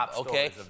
Okay